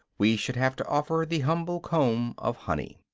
we should have to offer the humble comb of honey.